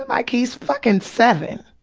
like, he's fuckin' seven!